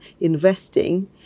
investing